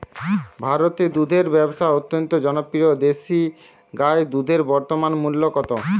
ভারতে দুধের ব্যাবসা অত্যন্ত জনপ্রিয় দেশি গাই দুধের বর্তমান মূল্য কত?